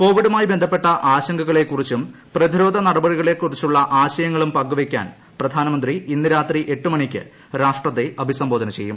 കോവിഡുമായി ബന്ധപ്പെട്ട ആശങ്കകളെക്കുറിപ്പും പ്രതിരോധ നടപടികളെക്കുറിച്ചുള്ള ആശയങ്ങളും പങ്കുപ്പിയ്ക്കാൻ പ്രധാനമന്ത്രി ഇന്ന് രാത്രി എട്ടു മണിക്ക് രാഷ്ട്രത്തൃആഭിസ്പ്ബോധന ചെയ്യും